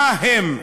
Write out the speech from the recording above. מה הם?